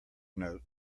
note